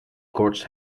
koorts